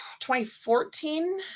2014